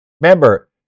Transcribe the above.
remember